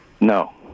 No